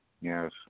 Yes